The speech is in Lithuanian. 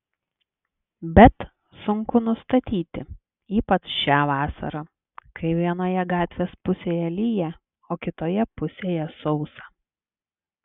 bet sunku nustatyti ypač šią vasarą kai vienoje gatvės pusėje lyja o kitoje pusėje sausa